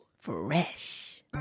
fresh